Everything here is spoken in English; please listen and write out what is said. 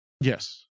Yes